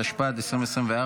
התשפ"ד 2024,